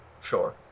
Sure